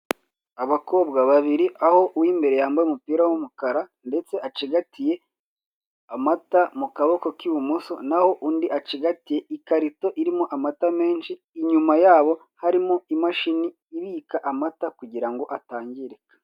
Abakobwa babiri, aho uw'imbere yambaye umupira w'umukara, ndetse acigatiye amata mu kaboko k'ibumoso, naho undi acigatiye ikarito irimo amata menshi, inyuma yabo harimo imashini ibika amata kugira ngo atangirika.